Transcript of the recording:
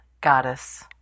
goddess